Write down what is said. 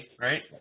right